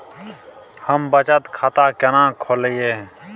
हम बचत खाता केना खोलइयै?